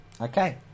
Okay